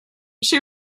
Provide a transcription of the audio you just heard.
she